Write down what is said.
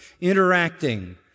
interacting